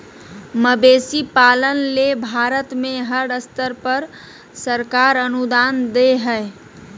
मवेशी पालन ले भारत में हर स्तर पर सरकार अनुदान दे हई